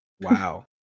Wow